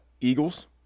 Eagles